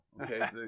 okay